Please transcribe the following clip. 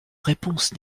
réponse